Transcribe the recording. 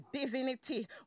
divinity